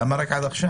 למה רק עכשיו?